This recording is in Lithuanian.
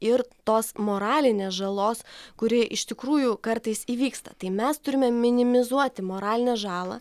ir tos moralinės žalos kuri iš tikrųjų kartais įvyksta tai mes turime minimizuoti moralinę žalą